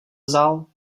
vzal